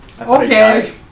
Okay